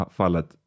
fallet